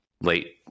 late